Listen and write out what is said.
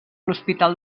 hospital